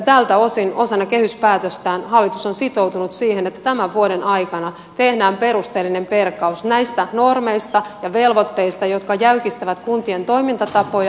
tältä osin osana kehyspäätöstään hallitus on sitoutunut siihen että tämän vuoden aikana tehdään perusteellinen perkaus näistä normeista ja velvoitteista jotka jäykistävät kuntien toimintatapoja